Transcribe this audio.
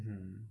mm